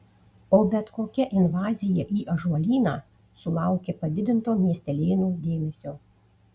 o bet kokia invazija į ąžuolyną sulaukia padidinto miestelėnų dėmesio